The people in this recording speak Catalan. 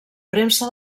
premsa